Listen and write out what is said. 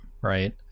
right